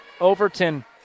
Overton